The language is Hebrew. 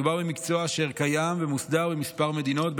מדובר במקצוע אשר קיים ומוסדר בכמה מדינות,